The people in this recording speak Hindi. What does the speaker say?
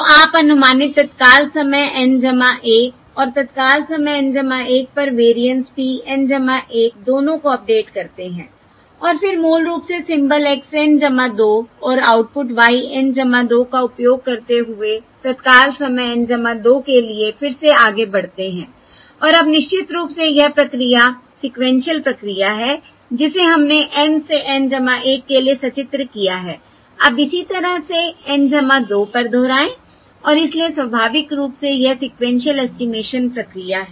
तो आप अनुमानित तत्काल समय N 1 और तत्काल समय N 1 पर वेरिएंस p N 1 दोनों को अपडेट करते हैं और फिर मूल रूप से सिंबल x N 2 और आउटपुट y N 2 का उपयोग करते हुए तत्काल समय N 2 के लिए फिर से आगे बढ़ते हैं और अब निश्चित रूप से यह प्रक्रिया सीक्वेन्शिअल प्रक्रिया है जिसे हमने N से N 1 के लिए सचित्र किया हैअब इसी तरह से N 2 पर दोहराएं और इसलिए स्वाभाविक रूप से यह सीक्वेन्शिअल एस्टिमेशन प्रक्रिया है